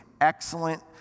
excellent